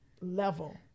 level